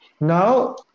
Now